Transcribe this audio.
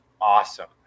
awesome